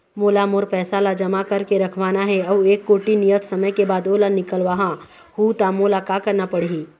मोला मोर पैसा ला जमा करके रखवाना हे अऊ एक कोठी नियत समय के बाद ओला निकलवा हु ता मोला का करना पड़ही?